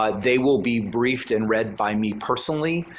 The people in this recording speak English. ah they will be briefed and read by me personally.